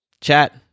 chat